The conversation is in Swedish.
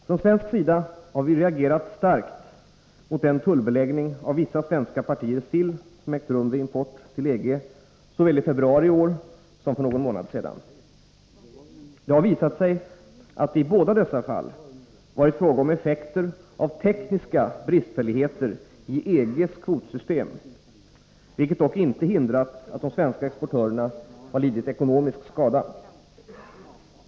Från svensk sida har vi reagerat starkt mot den tullbeläggning av vissa svenska partier sill som ägt rum vid import till EG såväl i februari i år som för någon månad sedan. Det har visat sig att det i båda dessa fall varit fråga om effekter av tekniska bristfälligheter i EG:s kvotsystem, vilket dock inte hindrat att de svenska exportörerna lidit ekonomisk skada.